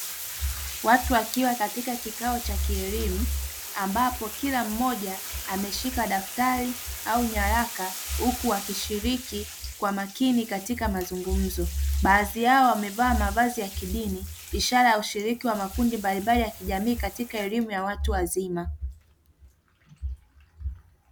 Watu wakiwa katika kikao cha kielimu, ambapo kila mmoja ameshika daftari au nyaraka, huku wakishiriki kwa makini katika mazungumzo. Baadhi yao wamevaa mavazi ya kidini ishara ya ushiriki wa makundi mbalimbali ya kijamii katika elimu ya watu wazima.